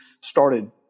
started